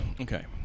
Okay